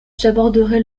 j’aborderai